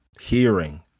hearing